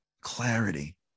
Clarity